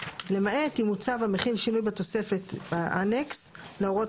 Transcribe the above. למעט אם הוא צו המחיל שינוי בתוספת (Annex) להוראות